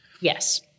Yes